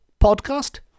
podcast